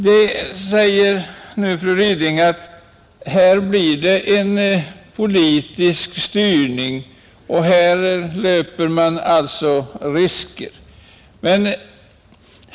Nu säger fru Ryding att här blir det en politisk styrning och här löper man alltså risker.